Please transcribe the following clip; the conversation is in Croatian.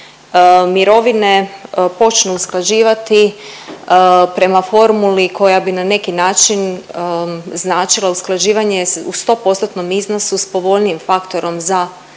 mirovine počnu usklađivati prema formuli koja bi na neki način značila usklađivanje u 100%-tnom iznosu s povoljnijim faktorom za umirovljenike,